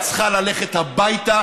צריכה ללכת הביתה,